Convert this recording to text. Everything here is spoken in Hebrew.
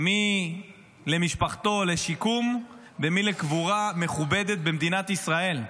מי למשפחתו לשיקום ומי לקבורה מכובדת במדינת ישראל.